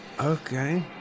Okay